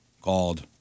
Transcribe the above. called